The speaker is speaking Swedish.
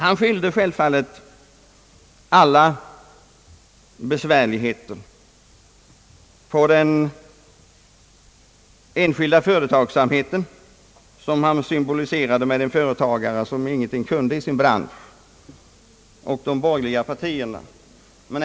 Han skyllde självfallet alla besvärligheter på den enskilda företagsamheten, som han symboliserade med en företagare som ingenting kunde i sin bransch, och på de borgerliga partierna.